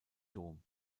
dom